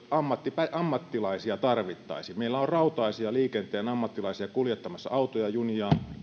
ammattilaisia tarvittaisi meillä on rautaisia liikenteen ammattilaisia kuljettamassa autoja junia